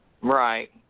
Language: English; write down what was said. Right